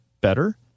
better